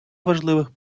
важливих